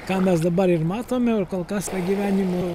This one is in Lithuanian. ką mes dabar ir matome ir kol kas gyvenimo